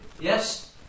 Yes